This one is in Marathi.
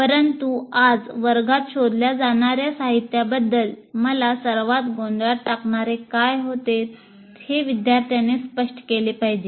परंतु आज वर्गात शोधल्या जाणार्या साहित्याबद्दल मला सर्वात गोंधळात टाकणारे काय होते हे विद्यार्थ्याने स्पष्ट केले पाहिजे